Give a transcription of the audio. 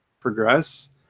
progress